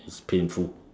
its painful